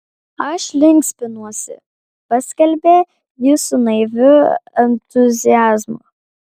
aš linksminuosi paskelbė jis su naiviu entuziazmu